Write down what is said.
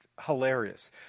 hilarious